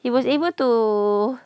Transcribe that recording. he was able to